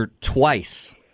twice